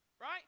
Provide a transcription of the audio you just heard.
Right